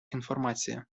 інформація